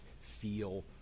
feel